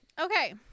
Okay